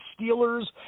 Steelers